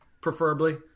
preferably